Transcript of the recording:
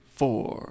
four